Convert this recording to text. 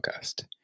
Podcast